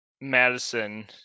Madison